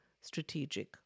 strategic